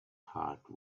heart